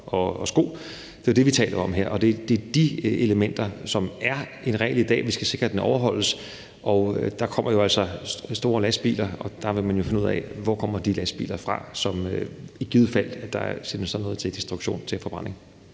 og sko. Det er jo det, vi taler om her, og hvor der i dag også er en regel, som vi skal sikre overholdes. Der kommer jo altså store lastbiler, og der vil man jo kunne finde ud af, hvor de lastbiler, der i givet fald sender sådan noget til destruktion og til forbrænding,